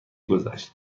گذشت